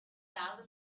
lage